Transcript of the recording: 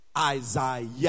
Isaiah